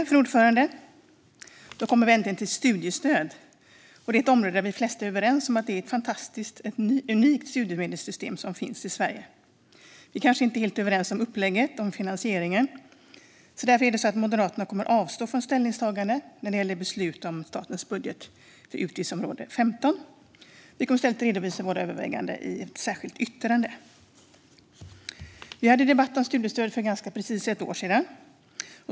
Fru talman! Då kommer vi äntligen till studiestöd! Det är ett område där de flesta av oss nog är överens om att det är ett fantastiskt och unikt studiemedelssystem som finns i Sverige. Men vi är kanske inte helt överens om upplägget och om finansieringen, och därför avstår Moderaterna från ställningstagande när det gäller beslut om statens budget inom utgiftsområde 15. Vi redovisar i stället våra överväganden i ett särskilt yttrande. Vi hade en debatt om studiestöd för ganska precis ett år sedan.